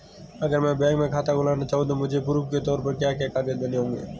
अगर मैं बैंक में खाता खुलाना चाहूं तो मुझे प्रूफ़ के तौर पर क्या क्या कागज़ देने होंगे?